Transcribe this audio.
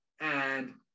and-